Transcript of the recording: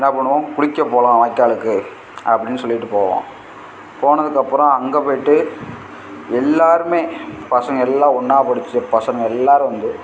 என்ன பண்ணுவோம் குளிக்க போகலாம் வாய்க்காலுக்கு அப்படின்னு சொல்லிவிட்டு போவோம் போனதுக்கப்புறம் அங்கே போயிட்டு எல்லோருமே பசங்கள் எல்லாம் ஒன்றா படிச்ச பசங்கள் எல்லோரும் வந்து